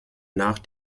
nach